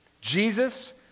Jesus